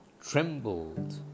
trembled